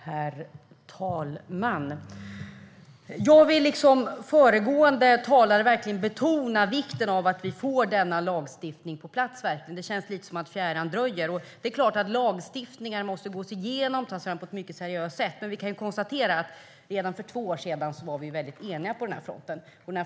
Herr talman! Jag vill liksom föregående talare verkligen betona vikten av att vi får denna lagstiftning på plats. Det känns lite som att det dröjer. Det är klart att lagstiftningar måste gås igenom och tas fram på ett mycket seriöst sätt. Men vi kan konstatera att vi redan för två år sedan var väldigt eniga på den här fronten.